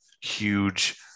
huge